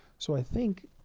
so, i think,